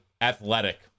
athletic